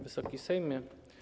Wysoki Sejmie!